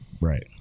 right